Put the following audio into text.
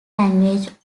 language